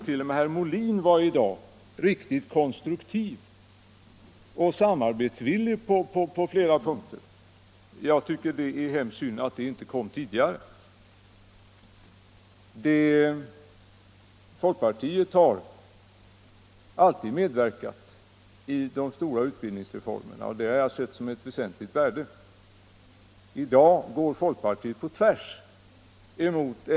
Till och med herr Molin var i dag riktigt konstruktiv och samarbetsvillig på flera punkter. Jag tycker att det är synd att det inte kom tidigare. Folkpartiet har alltid medverkat i de stora utbildningsreformerna, och det har jag sett som ett väsentligt värde. I dag går folkpartiet på tvärs 1.